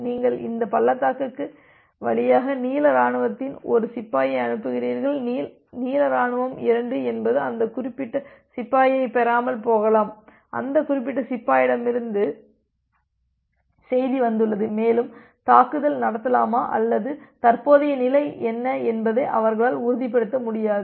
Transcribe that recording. நீங்கள் இந்த பள்ளத்தாக்கு வழியாக நீல இராணுவத்தின் ஒரு சிப்பாயை அனுப்புகிறீர்கள் நீல இராணுவம் 2 என்பது அந்த குறிப்பிட்ட சிப்பாயைப் பெறாமல் போகலாம் அந்த குறிப்பிட்ட சிப்பாயிடமிருந்து செய்தி வந்துள்ளது மேலும் தாக்குதல் நடத்தலாமா அல்லது தற்போதைய நிலை என்ன என்பதை அவர்களால் உறுதிப்படுத்த முடியாது